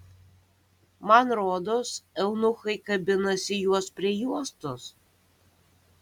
man rodos eunuchai kabinasi juos prie juostos